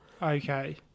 Okay